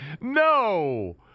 No